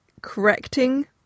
correcting